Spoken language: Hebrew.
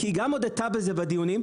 כי היא גם הודית בזה בדיונים,